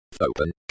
Open